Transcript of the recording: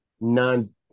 non